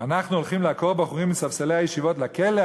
אנחנו הולכים לעקור בחורים מספסלי הישיבות לכלא?